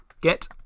Get